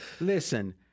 listen